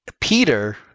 Peter